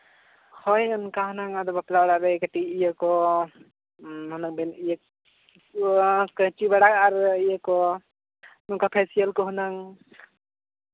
ᱦᱳᱭ ᱚᱱᱠᱟ ᱦᱩᱱᱟᱹᱝ ᱟᱫᱚ ᱵᱟᱯᱞᱟ ᱚᱲᱟᱜ ᱨᱮ ᱠᱟᱹᱴᱤᱡ ᱤᱭᱟᱹ ᱠᱚ ᱢᱟᱱᱮ ᱩᱵ ᱦᱚᱸ ᱠᱟᱹᱢᱪᱤ ᱵᱟᱲᱟ ᱟᱨ ᱱᱚᱝᱠᱟ ᱯᱷᱮᱥᱤᱭᱟᱞ ᱠᱚ ᱦᱩᱱᱟᱹᱝ